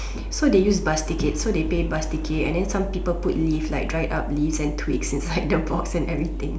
so they use bus tickets so they pay bus ticket then some people put leaf like dried up leaves and twigs inside the box and everything